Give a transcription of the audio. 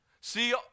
See